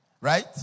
Right